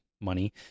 money